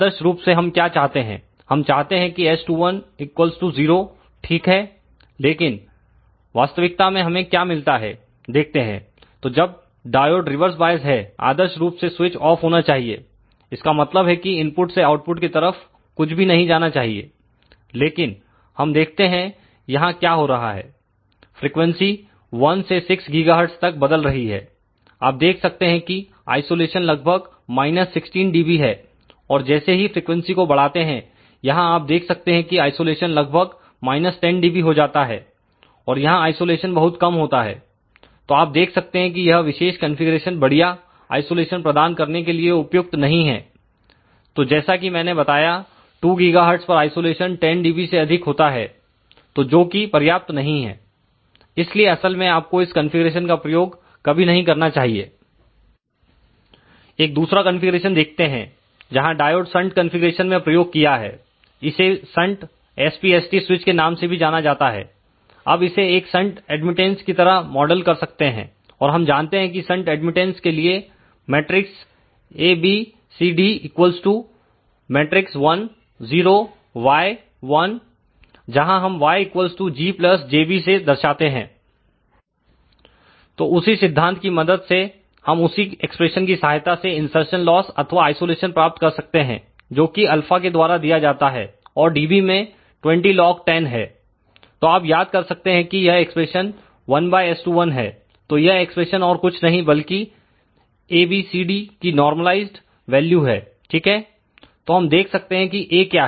आदर्श रूप से हम क्या चाहते हैं हम चाहते हैं कि S21 0 ठीक है लेकिन वास्तविकता में हमें क्या मिलता है देखते हैं तो जब डायोड रिवर्स बॉयस है आदर्श रूप से स्विच ऑफ होना चाहिए इसका मतलब है कि इनपुट से आउटपुट की तरफ कुछ भी नहीं जाना चाहिए लेकिन हम देखते हैं यहां क्या हो रहा है फ्रीक्वेंसी 1 से 6 GHz तक बदल रही है आप देख सकते हैं कि आइसोलेशन लगभग 16 dB है और जैसे ही फ्रीक्वेंसी को बढ़ाते हैं यहां आप देख सकते हैं कि आइसोलेशन लगभग 10 dB हो जाता है और यहां आइसोलेशन बहुत कम होता है तो आप देख सकते हैं कि यह विशेष कॉन्फ़िगरेशन बढ़िया आइसोलेशन प्रदान करने के लिए उपयुक्त नहीं है तो जैसा कि मैंने बताया 2 GHz पर आइसोलेशन 10 dB से अधिक होता है तो जो कि पर्याप्त नहीं है इसलिए असल में आपको इस कंफीग्रेशन का प्रयोग कभी नहीं करना चाहिए एक दूसरा कंफीग्रेशन देखते हैं जहां डायोड संट कॉन्फ़िगरेशन में प्रयोग किया है इसे संट SPST स्विच के नाम से भी जाना जाता है अब इसे एक संट एडमिटेंस की तरह मॉडल कर सकते हैं और हम जानते हैं कि संट एडमिटेंस के लिएA B C D 1 0 Y 1 जहां हम Y G jB से दर्शाते हैं तो उसी सिद्धांत की मदद से हम उसी एक्सप्रेशन की सहायता से इनसरसन लॉस अथवा आइसोलेशन प्राप्त कर सकते हैं जोकि ऑलफाα के द्वारा दिया जाता है और dB में 20 log 10 है तो आप याद कर सकते हैं कि यह एक्सप्रेशन 1S21 है तो यह एक्सप्रेशन और कुछ नहीं बल्कि ABCD की नॉर्मलआईज वैल्यू है ठीक है तो हम देख सकते हैं कि A क्या